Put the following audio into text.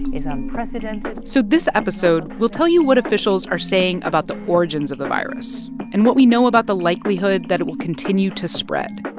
unprecedented. so this episode, we'll tell you what officials are saying about the origins of the virus and what we know about the likelihood that it will continue to spread.